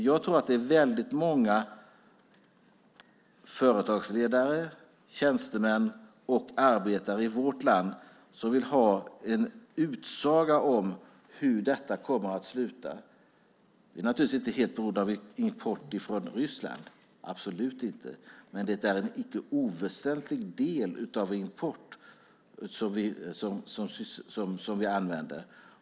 Jag tror att det är många företagsledare, tjänstemän och arbetare i vårt land som vill ha en utsaga om hur detta kommer att sluta. Det är naturligtvis inte helt beroende av import från Ryssland, absolut inte, men det är en icke oväsentlig del av import som vi använder.